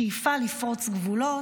שאיפה לפרוץ גבולות,